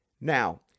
now